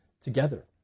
together